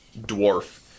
dwarf